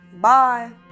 Bye